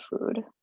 food